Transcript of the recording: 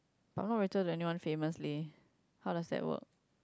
but I'm not related to anyone famous leh how does that work